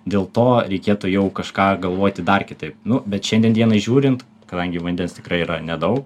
dėl to reikėtų jau kažką galvoti dar kitaip nu bet šiandien dienai žiūrint kadangi vandens tikrai yra nedaug